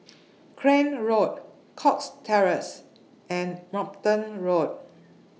Crane Road Cox Terrace and Brompton Road